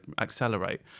accelerate